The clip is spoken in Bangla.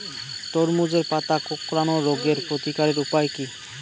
তরমুজের পাতা কোঁকড়ানো রোগের প্রতিকারের উপায় কী?